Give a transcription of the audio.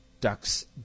ducks